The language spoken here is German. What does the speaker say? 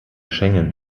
schengen